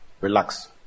relax